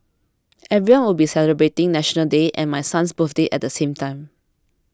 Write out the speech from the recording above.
everyone will be celebrating National Day and my son's birthday at the same time